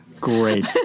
Great